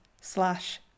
slash